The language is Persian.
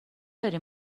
داری